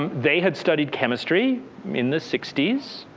they had studied chemistry in the sixties.